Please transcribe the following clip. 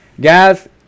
guys